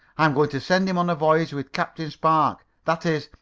i am going to send him on a voyage with captain spark. that is,